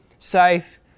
safe